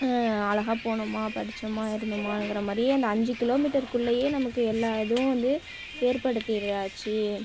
அழகாக போனோமா படித்தோமா இருந்தோமாங்கிற மாதிரியே அந்த அஞ்சு கிலோமீட்ருக்குள்ளையே நமக்கு எல்லா இதுவும் வந்து ஏற்படுத்தியாச்சி